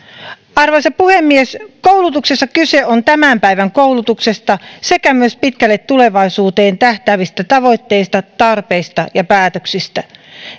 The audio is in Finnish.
arvoisa puhemies koulutuksessa kyse on tämän päivän koulutuksesta sekä myös pitkälle tulevaisuuteen tähtäävistä tavoitteista tarpeista ja päätöksistä